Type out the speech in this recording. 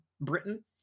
Britain